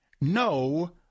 No